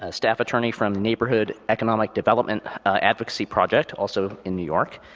ah staff attorney from neighborhood economic development advocacy project, also in new york.